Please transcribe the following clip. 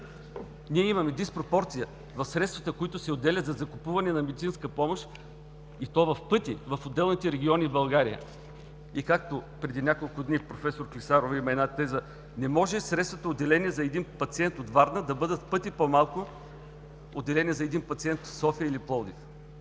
Ние имаме диспропорция в средствата, които се отделят за закупуване на медицинска помощ и то в пъти в отделните региони в България. И, както преди няколко дни, проф. Клисарова има една теза: „Не може средствата, отделени за един пациент от Варна, да бъдат в пъти по-малко от тези, отделени за един пациент в София или Пловдив“.